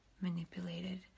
manipulated